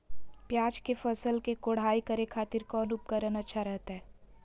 प्याज के फसल के कोढ़ाई करे खातिर कौन उपकरण अच्छा रहतय?